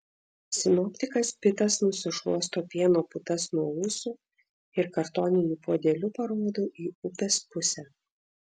sinoptikas pitas nusišluosto pieno putas nuo ūsų ir kartoniniu puodeliu parodo į upės pusę